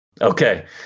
Okay